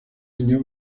año